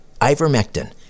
Ivermectin